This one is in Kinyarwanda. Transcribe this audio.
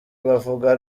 bavuga